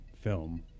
film